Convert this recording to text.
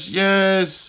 yes